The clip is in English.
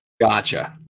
Gotcha